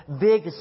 big